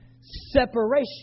separation